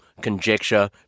Conjecture